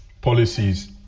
policies